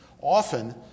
Often